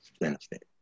benefit